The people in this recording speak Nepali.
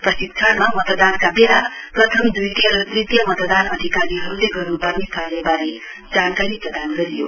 प्रशिक्षणमा मतदानका बेला प्रथम दितिय र तृतीय मतदान अधिकारीहरूले गर्न्पर्ने कार्यबारे जानकारी प्रदान गरियो